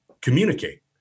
Communicate